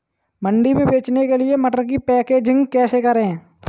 मंडी में बेचने के लिए मटर की पैकेजिंग कैसे करें?